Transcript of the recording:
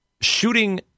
shooting